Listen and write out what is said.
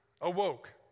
awoke